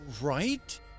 Right